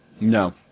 No